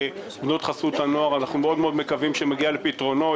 על בנות חסות הנוער אנחנו מקווים מאוד שיגיע לפתרונו.